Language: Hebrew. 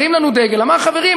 הרים לנו דגל ואמר: חברים,